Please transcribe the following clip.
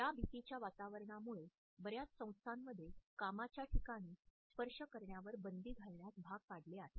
या भीतीच्या वातावरणामुळे बर्याच संस्थांमध्ये कामाच्या ठिकाणी स्पर्श करण्यावर बंदी घालण्यास भाग पाडले आहे